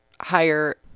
higher